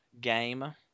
game